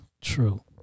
true